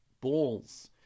balls